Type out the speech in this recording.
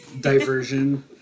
diversion